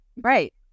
right